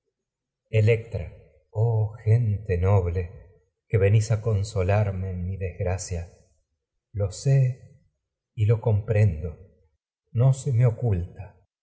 electra mi oh gente noble que venís y a consolarme oculta en desgracia lo sé quiero que lo comprendo a no se me